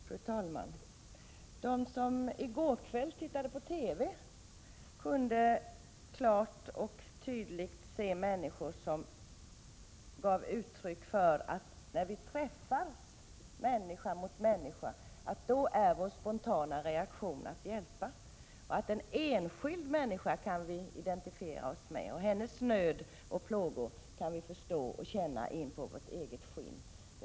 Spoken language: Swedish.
Fru talman! De som i går kväll tittade på TV kunde klart och tydligt se människor som gav uttryck för att när vi träffas, människa mot människa, är vår spontana reaktion att hjälpa. En enskild människa kan vi identifiera oss med, och hennes nöd och plåga kan vi förstå och känna in på vårt eget skinn.